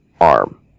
arm